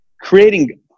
creating